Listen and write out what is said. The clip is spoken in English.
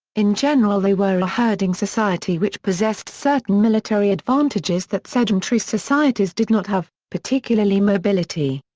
in general they were a herding society which possessed certain military advantages that sedentary societies did not have, particularly mobility.